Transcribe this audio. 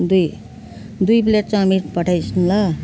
दुई दुई plate chowmein पठाइदिनुहोस् ल